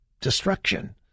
destruction